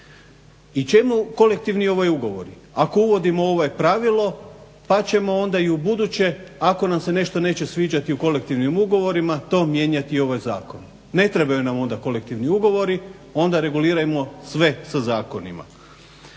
I čemu kolektivni ugovori ako uvodimo pravilo pa ćemo onda i u buduće ako nam se nešto neće sviđati u kolektivnim ugovorima to mijenjati i ovaj zakon. Ne trebaju nam onda kolektivni ugovori. Onda regulirajmo sve sa zakonima.